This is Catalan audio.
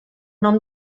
nom